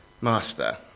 Master